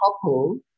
Couple